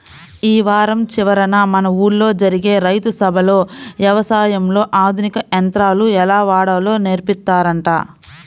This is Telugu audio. యీ వారం చివరన మన ఊల్లో జరిగే రైతు సభలో యవసాయంలో ఆధునిక యంత్రాలు ఎలా వాడాలో నేర్పిత్తారంట